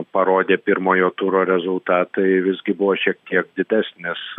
parodė pirmojo turo rezultatai visgi buvo šiek tiek didesnis